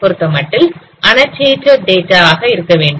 பொருத்தமட்டில் annotated data ஆக இருக்க வேண்டும்